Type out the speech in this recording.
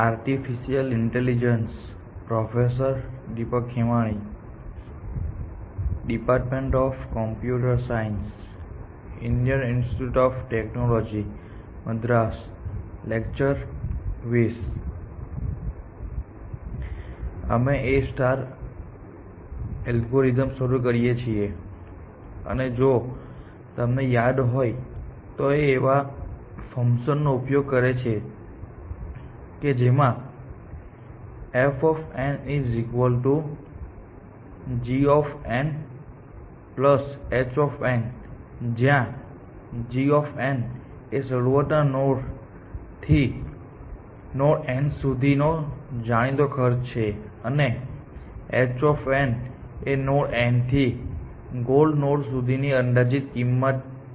અમે A algorithm શરૂ કરીએ છીએ અને જો તમને યાદ હોય તો તે એવા ફંકશનનો ઉપયોગ કરે છે જેમાં f g h જ્યાં g એ શરૂઆતના નોડ થી નોડ n સુધીનો જાણીતો ખર્ચ છે અને h એ નોડ n થી ગોલ નોડ સુધીની અંદાજિત કિંમત છે